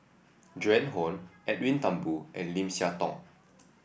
Joan Hon Edwin Thumboo and Lim Siah Tong